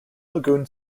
lagoon